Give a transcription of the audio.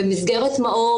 במסגרת 'מאור',